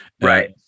Right